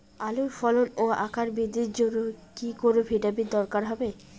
আলুর ফলন ও আকার বৃদ্ধির জন্য কি কোনো ভিটামিন দরকার হবে?